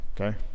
Okay